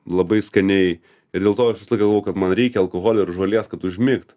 labai skaniai ir dėl to pagalvojau kad man reikia alkoholio ir žolės kad užmigt